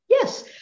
Yes